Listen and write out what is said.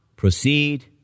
Proceed